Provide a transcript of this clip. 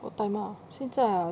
我的 timer ah 现在 ah